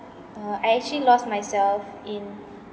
uh I actually lost myself in